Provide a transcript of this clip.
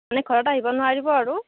মানে ঘৰত আহিব নোৱাৰিব আৰু